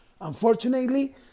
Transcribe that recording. Unfortunately